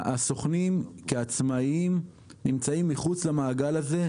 הסוכנים כעצמאים נמצאים מחוץ למעגל הזה.